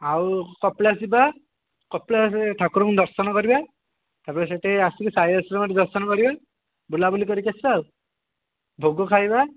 ଆଉ କପିଳାସ ଯିବା କପିଳାସ ଠାକୁରଙ୍କୁ ଦର୍ଶନ କରିବା ତା'ପରେ ସେଠି ଆସି ସାଇ ଆଶ୍ରମରେ ଦର୍ଶନ କରିବା ବୁଲାବୁଲି କରିକି ଆସିବା ଆଉ ଭୋଗ ଖାଇବା